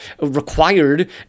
required